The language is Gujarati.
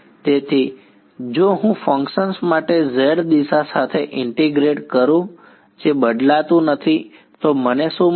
તેથી જો હું ફંક્શન માટે z દિશા સાથે ઇન્ટીગ્રેટ કરું જે બદલાતું નથી તો મને શું મળશે